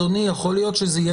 אדוני, יכול להיות שזה יהיה בחוק.